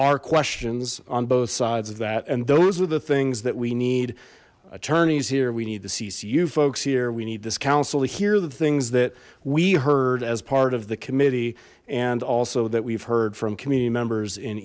are questions on both sides of that and those are the things that we need attorneys here we need the ccu folks here we need this council to hear the things that we heard as part of the committee and also that we've heard from community members in